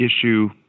issue